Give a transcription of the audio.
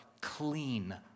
clean